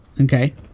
okay